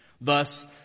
Thus